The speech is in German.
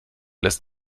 lässt